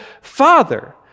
father